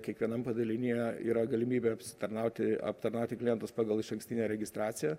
kiekvienam padalinyje yra galimybė apsitarnauti aptarnauti klientus pagal išankstinę registraciją